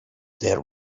there